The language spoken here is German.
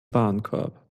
warenkorb